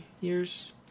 years